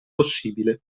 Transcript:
possibile